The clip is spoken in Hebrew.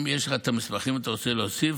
אם יש לך את המסמכים ואתה רוצה להוסיף,